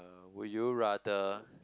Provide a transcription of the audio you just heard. uh will you rather